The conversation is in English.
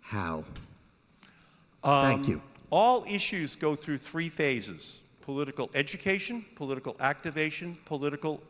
how all issues go through three phases political education political activation political